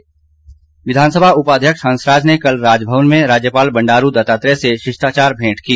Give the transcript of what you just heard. भेंट विधानसभा उपाध्यक्ष हंसराज ने कल राजभवन में राज्यपाल बंडारू दत्तात्रेय से शिष्टाचार भेंट की